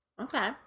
Okay